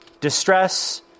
Distress